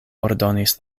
ordonis